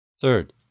Third